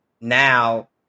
now